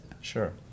Sure